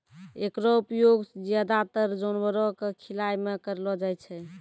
एकरो उपयोग ज्यादातर जानवरो क खिलाय म करलो जाय छै